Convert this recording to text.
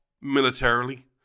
militarily